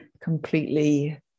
completely